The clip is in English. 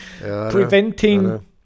preventing